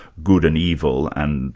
good and evil, and